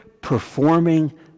performing